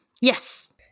Yes